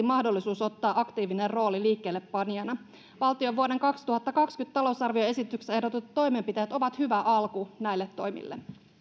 mahdollisuus ottaa aktiivinen rooli liikkeellepanijana valtion vuoden kaksituhattakaksikymmentä talousarvioesityksessä ehdotetut toimenpiteet ovat hyvä alku näille toimille